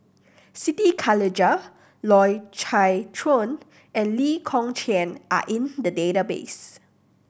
Siti Khalijah Loy Chye Chuan and Lee Kong Chian are in the database